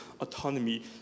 autonomy